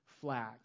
flag